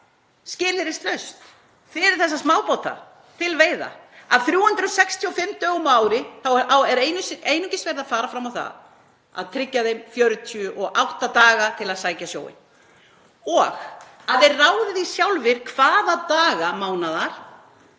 skilyrðislaust fyrir þessa smábáta til veiða. Af 365 dögum á ári á er einungis verið að fara fram á það að tryggja þeim 48 daga til að sækja sjóinn og að þeir ráði því sjálfir hvaða daga mánaðar